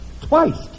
Twice